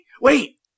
wait